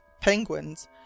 penguins